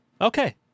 Okay